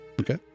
Okay